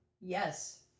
Yes